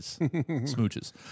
Smooches